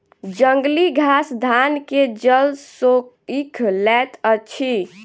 जंगली घास धान के जल सोइख लैत अछि